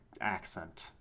accent